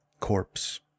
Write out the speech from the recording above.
corpse